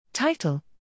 Title